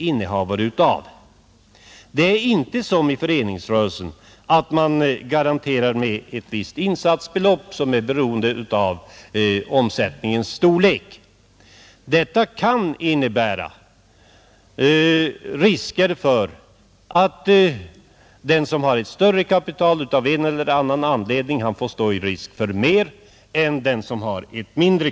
I föreningsrörelsen garanterar man som bekant ett visst insatsbelopp, som är beroende av omsättningens storlek. Det kan alltså här föreligga risk för att den som har mer kapital får stå en större risk än den som har ett mindre.